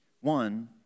One